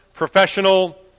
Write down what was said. professional